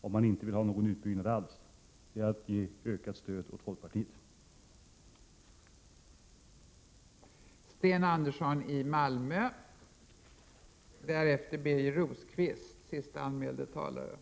Om man vill ha en garanti för att det inte skall ske någon utbyggnad alls skall man ge ökat stöd till folkpartiet.